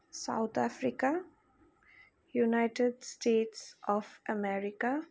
South Africa United States of America